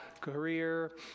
career